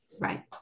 Right